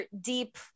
deep